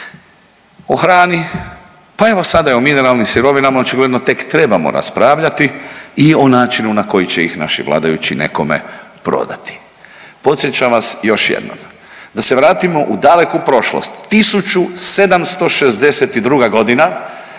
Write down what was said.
O hrani, pa evo sada i o mineralnim sirovinama očigledno tek trebamo raspravljati i o načinu na koji će ih naši vladajući nekome prodati. Podsjećam vas još jednom da se vratimo u daleku prošlost 1762.g.